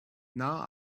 now